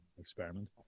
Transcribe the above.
experiment